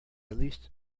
leased